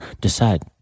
Decide